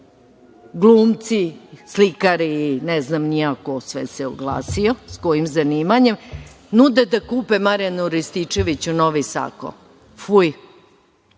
glumci, slikari, ne znam ni ja ko se sve oglasio, sa kojim zanimanjem, nude da kupe Marijanu Rističeviću novi sako. Fuj!